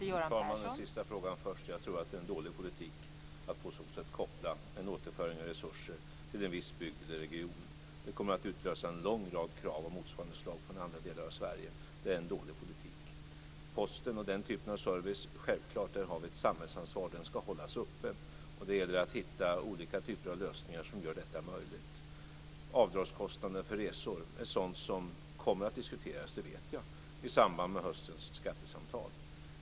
Fru talman! Jag tar den sista frågan först. Jag tror att det är en dålig politik att på så sätt koppla en återföring av resurser till en viss bygd eller region. Det kommer att utlösa en lång rad krav av motsvarande slag från andra delar av Sverige. Det är en dåligt politik. När det gäller posten och den typen av service har vi självklart ett samhällsansvar. Den ska hållas öppen. Det gäller att hitta olika typer av lösningar som gör detta möjligt. Avdrag för resekostnader är sådant som jag vet kommer att diskuteras i samband med höstens skattesamtal.